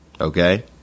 okay